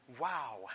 wow